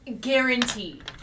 guaranteed